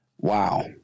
Wow